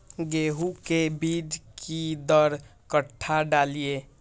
गेंहू के बीज कि दर कट्ठा डालिए?